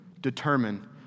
determine